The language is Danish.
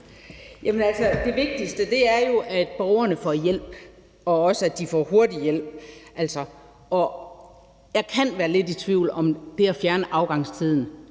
det vigtigste er jo, at borgerne får hjælp, og også, at de får hurtig hjælp. Jeg kan være lidt i tvivl om, om det at fjerne kravet